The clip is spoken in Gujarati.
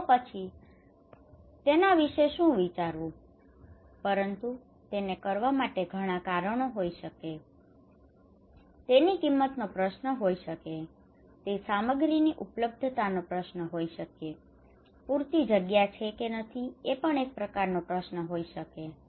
તો પછી તેના વિશે શું વિચારવું પરંતુ તેને કરવા માટે ઘણાં કારણો હોઈ શકે છે તેની કિંમતનો પ્રશ્ન હોઈ શકે છે તે સામગ્રીની ઉપલબ્ધતાનો પ્રશ્ન હોઈ શકે છે પૂરતી જગ્યા છે કે નથી એ પણ એક પ્રકારનો પ્રશ્ન હોઈ શકે છે